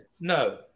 no